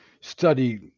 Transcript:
study